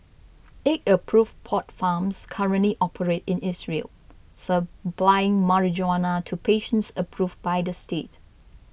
eight approved pot farms currently operate in Israel supplying marijuana to patients approved by the state